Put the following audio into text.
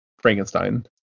Frankenstein